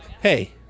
hey